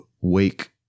wake